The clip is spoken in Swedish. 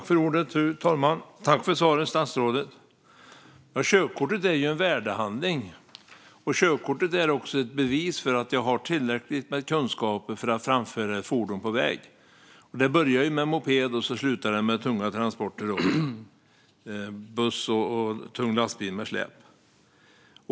Fru talman! Tack för svaret, statsrådet! Körkortet är en värdehandling och också ett bevis på att jag har tillräcklig kunskap för att framföra ett fordon på väg. Det börjar med moped och slutar med tunga transporter som buss och tung lastbil med släp.